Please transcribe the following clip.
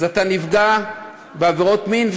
ואתה נפגע בעבירות מין,